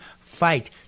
fight